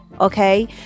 okay